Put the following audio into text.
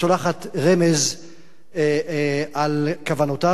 שולחת רמז על כוונותיו.